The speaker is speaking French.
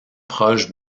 proche